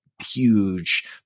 Huge